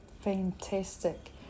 Fantastic